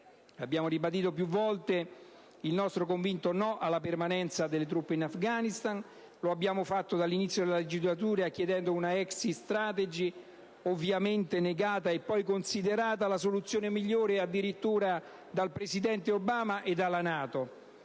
Abbiamo ribadito più e più volte il nostro convinto no alla permanenza delle truppe in Afghanistan. Lo abbiamo fatto dall'inizio della legislatura chiedendo una *exit strategy*, ovviamente negata e poi considerata la soluzione migliore addirittura dal presidente Obama e dalla NATO.